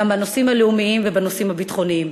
גם בנושאים הלאומיים ובנושאים הביטחוניים.